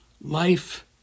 life